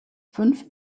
fünf